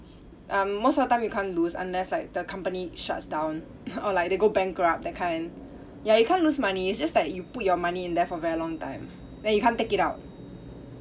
um most of the time you can't lose unless like the company shuts down or like they go bankrupt that kind ya you can't lose money it's just like you put your money in there for a very long time then you can't take it out